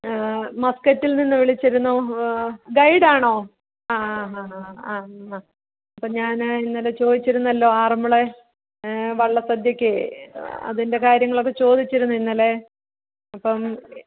മസ്കറ്റിൽ നിന്ന് വിളിച്ചിരുന്നു ഗൈഡാണോ ആ ഹ ഹ ആ അപ്പം ഞാൻ ഇന്നലെ ചോദിച്ചിരുന്നല്ലോ ആറന്മുള വള്ള സദ്യയ്ക്ക് അതിൻ്റെ കാര്യങ്ങളൊക്കെ ചോദിച്ചിരുന്നു ഇന്നലെ അപ്പം